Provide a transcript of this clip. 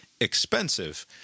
expensive